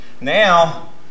now